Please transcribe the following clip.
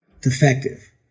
defective